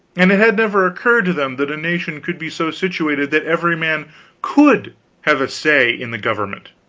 and it hadn't ever occurred to them that a nation could be so situated that every man could have a say in the government.